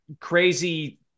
crazy